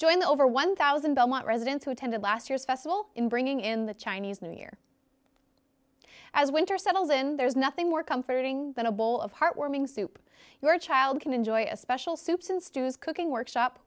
join the over one thousand belmont residents who attended last year's festival in bringing in the chinese new year as winter settles in there's nothing more comforting than a bowl of heartwarming soup your child can enjoy a special soups and stews cooking workshop